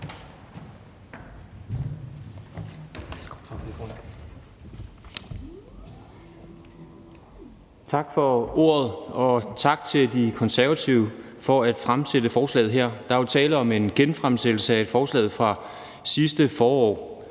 Tak for ordet, og tak til De Konservative for at have fremsat forslaget her. Der er jo tale om en genfremsættelse af et forslag fra sidste forår